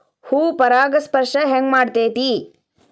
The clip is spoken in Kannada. ಹೂ ಪರಾಗಸ್ಪರ್ಶ ಹೆಂಗ್ ಮಾಡ್ತೆತಿ?